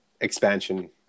expansion